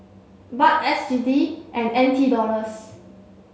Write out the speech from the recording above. Baht S G D and N T Dollars